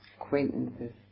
acquaintances